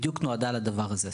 בדיוק נועדה לדבר הזה.